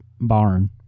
barn